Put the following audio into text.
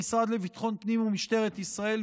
המשרד לביטחון הפנים ומשטרת ישראל,